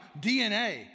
DNA